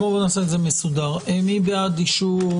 מי בעד אישור